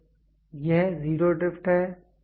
तो यह zero drift है